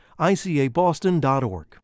ICABoston.org